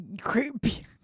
Creepy